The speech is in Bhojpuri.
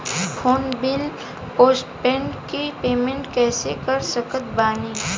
फोन बिल पोस्टपेड के पेमेंट कैसे कर सकत बानी?